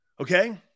Okay